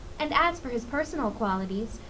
and as for his personal qualities,